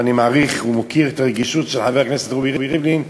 ואני מעריך ומוקיר את הרגישות של חבר הכנסת רובי ריבלין,